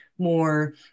more